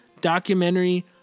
documentary